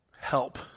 Help